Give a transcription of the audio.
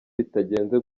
bitagenze